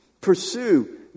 Pursue